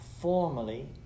formally